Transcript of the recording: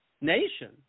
nation